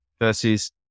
Versus